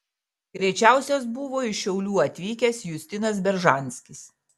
greičiausias buvo iš šiaulių atvykęs justinas beržanskis